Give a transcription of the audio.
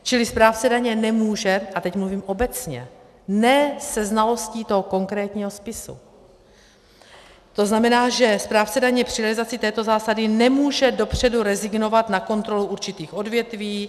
Čili správce daně nemůže, a teď mluvím obecně, ne se znalostí toho konkrétního spisu, to znamená, že správce daně při realizaci této zásady nemůže dopředu rezignovat na kontrolu určitých odvětví.